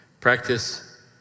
Practice